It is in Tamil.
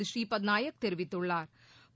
ஸ்ரீபத் நாயக் தெிவித்துள்ளாா்